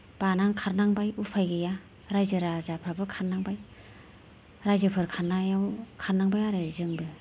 बानानै खारनांबाय उफाय गैया राइजो राजाफ्राबो खारनांबाय राइजोफोर खारनायाव खारनांबाय आरो जोंबो